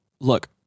Look